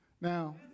Now